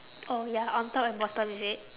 oh ya on top and bottom is it